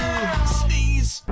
Sneeze